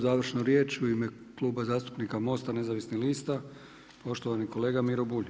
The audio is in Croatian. Završnu riječ u ime Kluba zastupnika MOST-a nezavisnih lita poštovani kolega Miro Bulj.